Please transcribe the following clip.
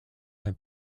had